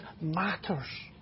matters